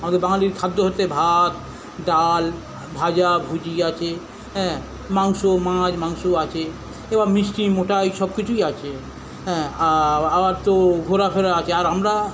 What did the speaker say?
আমাদের বাঙালির খাদ্য হচ্ছে ভাত ডাল ভাজাভুজি আছে হ্যাঁ মাংস মাছ মাংস আছে এবার মিষ্টি মোটা এই সব কিছুই আছে হ্যাঁ আ আবার তো ঘোরাফেরা আছে আর আমরা